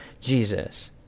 Jesus